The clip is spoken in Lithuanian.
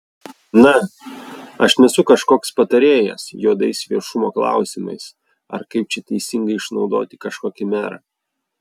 na aš nesu kažkoks patarėjas juodais viešumo klausimais ar kaip čia teisingai išnaudoti kažkokį merą